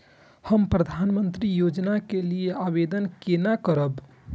हम प्रधानमंत्री योजना के लिये आवेदन केना करब?